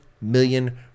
million